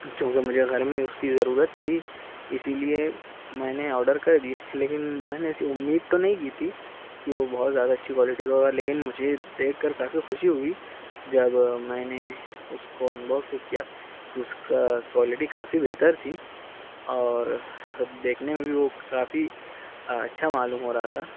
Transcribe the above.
چونکہ مجھے گھر میں اس کی ضرورت تھی اسی لیے میں نے آرڈر کر دی لیکن میں نے ایسی امید تو نہیں کی تھی کہ وہ بہت زیادہ اچھی کوالٹی کا ہوگا لیکن مجھے دیکھ کر کافی خوشی ہوئی جب میں نے اس کو ان بوکس کیا کہ اس کا کوالٹی کافی بہتر تھی اور دیکھنے میں بھی وہ کافی اچھا معلوم ہو رہا تھا